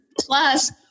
Plus